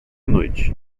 noite